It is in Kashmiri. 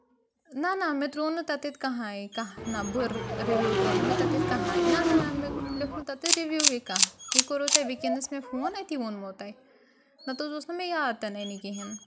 نہ نہ مےٚ ترٛوو نہٕ تَتہِ کٕہٕنۍ کانٛہہ نہ بہٕ رِوِو ترٛوو نہٕ مےٚ تَتہِ کٕہٕنۍ نہ نہ نہ مےٚ لیوکھ نہٕ تَتہِ رِوِوٕے کانٛہہ یہِ کوٚروٕ تۄہہِ وٕنکیٚنَس مےٚ فون أتی ووٚنمو تۄہہِ نَتہٕ حظ اوس نہٕ مےٚ یاد تہِ نہٕ کِہیٖنۍ